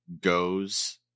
goes